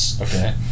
Okay